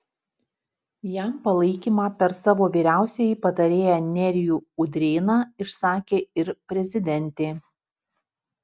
jam palaikymą per savo vyriausiąjį patarėją nerijų udrėną išsakė ir prezidentė